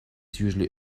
usually